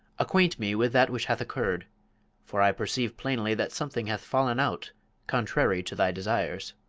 acquaint me with that which hath occurred for i perceive plainly that something hath fallen out contrary to thy desires.